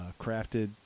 crafted